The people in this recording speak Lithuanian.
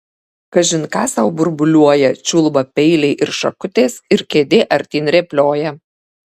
kažin ką sau burbuliuoja čiulba peiliai ir šakutės ir kėdė artyn rėplioja